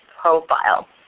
profile